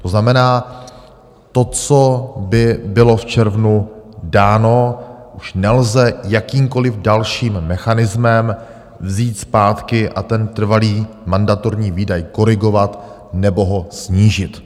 To znamená, to, co by bylo v červnu dáno, už nelze jakýmkoliv dalším mechanismem vzít zpátky a ten trvalý mandatorní výdaj korigovat nebo ho snížit.